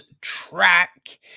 Track